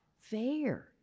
fair